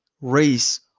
race